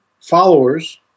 followers